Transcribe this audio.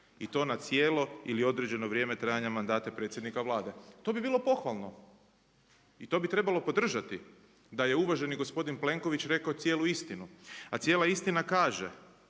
i to na cijelo ili na određeno vrijeme trajanja mandata predsjednika Vlade. To bi bilo pohvalno i to bi trebalo podržati da je uvaženi gospodin Plenković rekao cijelu istinu. A cijela istina kaže,